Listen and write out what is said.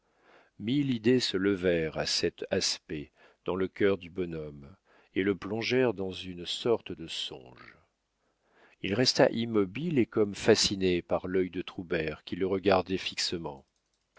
idées se levèrent à cet aspect dans le cœur du bonhomme et le plongèrent dans une sorte de songe il resta immobile et comme fasciné par l'œil de troubert qui le regardait fixement